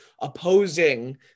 opposing